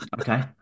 Okay